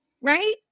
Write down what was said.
Right